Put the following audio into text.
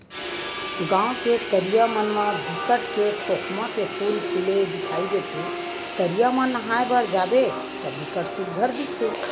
गाँव के तरिया मन म बिकट के खोखमा के फूल फूले दिखई देथे, तरिया म नहाय बर जाबे त बिकट सुग्घर दिखथे